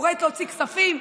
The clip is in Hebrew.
וקוראת להוציא כספים.